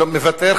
מוותר.